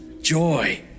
joy